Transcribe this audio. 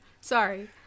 Sorry